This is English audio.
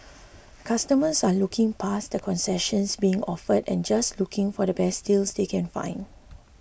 customers are looking past the concessions being offered and just looking for the best deals they can find